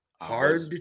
hard